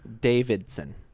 Davidson